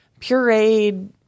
pureed